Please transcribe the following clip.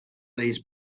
these